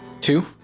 two